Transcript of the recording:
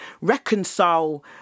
reconcile